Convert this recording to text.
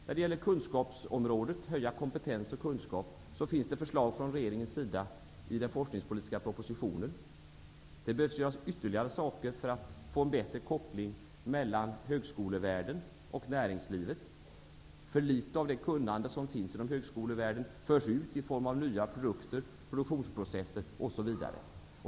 När det gäller kunskapsområdet -- höja kompetens och kunskap -- finns det förslag i regeringens forskningspolitiska proposition. Ytterligare insatser behövs för att få en bättre koppling mellan högskolevärlden och näringslivet. För litet av det kunnande som finns inom högskolevärlden förs ut i form av nya produkter, produktionsprocesser osv.